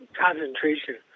concentration